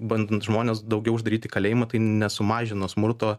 bandant žmones daugiau uždaryti į kalėjimą tai nesumažino smurto